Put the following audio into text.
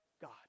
God